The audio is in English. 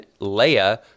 Leia